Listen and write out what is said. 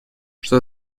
что